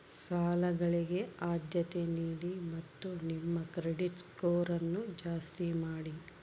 ಸಾಲಗಳಿಗೆ ಆದ್ಯತೆ ನೀಡಿ ಮತ್ತು ನಿಮ್ಮ ಕ್ರೆಡಿಟ್ ಸ್ಕೋರನ್ನು ಜಾಸ್ತಿ ಮಾಡಿ